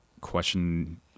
question